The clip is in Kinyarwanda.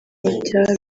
babyara